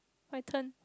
my turn